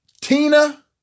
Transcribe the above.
Tina